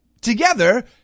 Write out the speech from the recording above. Together